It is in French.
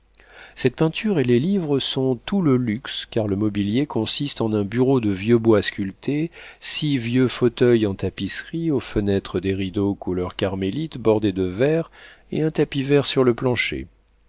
cette peinture et les livres sont tout le luxe car le mobilier consiste en un bureau de vieux bois sculpté six vieux fauteuils en tapisserie aux fenêtres des rideaux couleur carmélite bordés de vert et un tapis vert sur le plancher